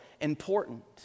important